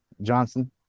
Johnson